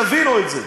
תבינו את זה.